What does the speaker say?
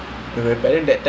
so that's cool